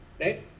right